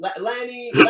Lanny